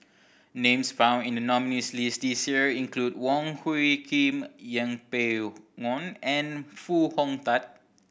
names found in the nominees' list this year include Wong Hung Khim Yeng Pway Ngon and Foo Hong Tatt